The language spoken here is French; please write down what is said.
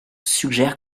suggère